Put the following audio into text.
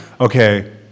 Okay